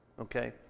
okay